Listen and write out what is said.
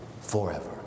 forever